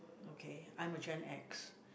okay I'm a gen X